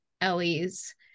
Ellie's